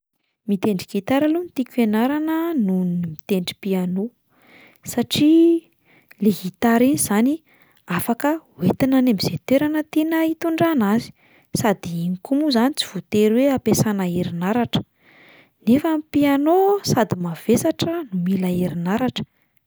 Mitendry gitara aloha no tiako hianarana noho ny mitendry piano satria le gitara iny izany afaka hoentina any amin'izay toerana tiana hitondrana azy sady iny koa moa zany tsy voatera hoe ampiasana herinaratra, nefa ny piano sady mavesatra no mila herinaratra.